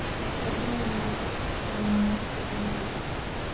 hazel nuts salmon seaweed